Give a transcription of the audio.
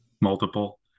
Multiple